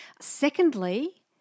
Secondly